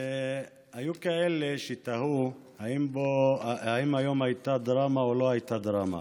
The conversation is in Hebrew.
היו כאלה שתהו אם היום הייתה דרמה או לא הייתה דרמה.